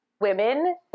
Women